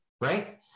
right